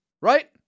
Right